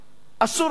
אסור היה,